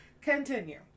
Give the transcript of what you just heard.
Continue